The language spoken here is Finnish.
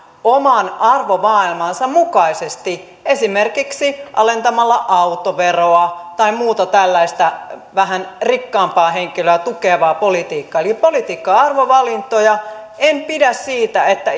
oman arvomaailmansa mukaisesti esimerkiksi alentamalla autoveroa tai tekemällä muuta tällaista vähän rikkaampaa henkilöä tukevaa politiikkaa eli politiikka on arvovalintoja en pidä siitä että